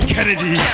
Kennedy